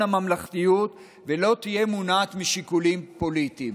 הממלכתיות ולא תהיה מונעת משיקולים פוליטיים.